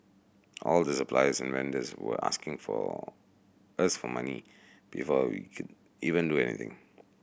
all the suppliers and vendors were asking for as for money before we could even do anything